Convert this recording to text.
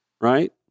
right